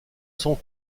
sans